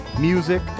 music